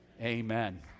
Amen